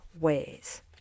ways